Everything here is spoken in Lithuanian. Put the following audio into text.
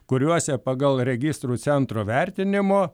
kuriuose pagal registrų centro vertinimo